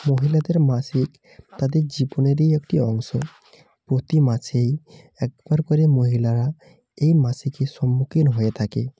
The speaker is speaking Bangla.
মহিলাদের মাসিক তাদের জীবনেরই একটি অংশ প্রতি মাসেই একবার করে মহিলারা এই মাসিকের সম্মুখীন হয়ে থাকে